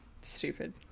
Stupid